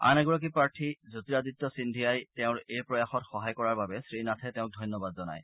আন এগৰাকী প্ৰাৰ্থী জ্যোতিৰাদিত্য সিন্ধিয়াই তেওঁৰ এই প্ৰয়াসত সহায় কৰাৰ বাবে শ্ৰীনাথে তেওঁক ধন্যবাদ জনায়